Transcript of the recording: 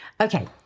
Okay